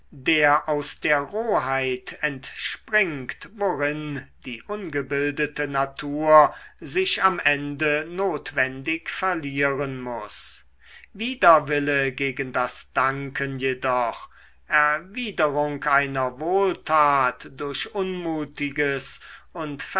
der aus der roheit entspringt worin die ungebildete natur sich am ende notwendig verlieren muß widerwille gegen das danken jedoch erwiderung einer wohltat durch unmutiges und